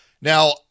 Now